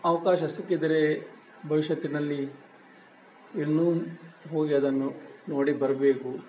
ಅವಕಾಶ ಸಿಕ್ಕಿದರೆ ಭವಿಷ್ಯತ್ತಿನಲ್ಲಿ ಇನ್ನೂ ಹೋಗಿ ಅದನ್ನು ನೋಡಿ ಬರಬೇಕು